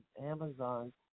Amazon